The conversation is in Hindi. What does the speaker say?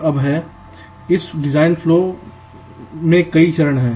अब इस डिज़ाइन फ्लो में कई चरण हैं